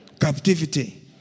captivity